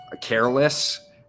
careless